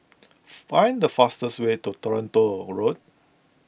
find the fastest way to Toronto Road